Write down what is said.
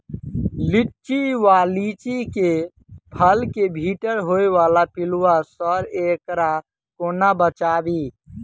लिच्ची वा लीची केँ फल केँ भीतर होइ वला पिलुआ सऽ एकरा कोना बचाबी?